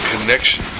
connection